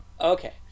Okay